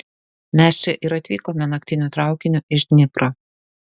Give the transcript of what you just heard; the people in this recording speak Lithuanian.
mes čia ir atvykome naktiniu traukiniu iš dnipro